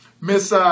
Miss